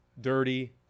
dirty